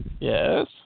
Yes